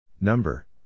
Number